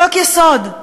חוק-יסוד.